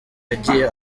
yagiye